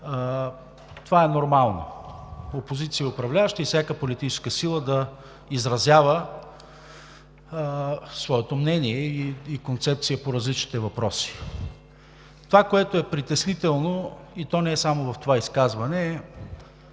това е нормално – опозиция, управляващи и всяка политическа сила да изразява своето мнение и концепция по различните въпроси. Това, което е притеснително, и то не само в това изказване,